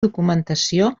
documentació